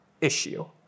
issue